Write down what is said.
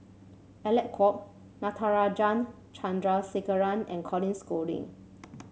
Alec Kuok Natarajan Chandrasekaran and Colin Schooling